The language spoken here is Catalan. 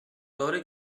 veure